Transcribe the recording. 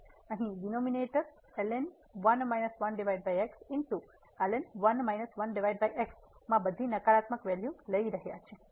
તેથી અહીં ડિનોમિનેટર માં બધી નકારાત્મક વેલ્યૂ લઈ રહ્યા છે